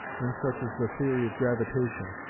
and such as the theory of gravitation.